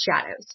shadows